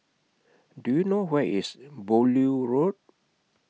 Do YOU know Where IS Beaulieu Road